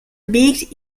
biegt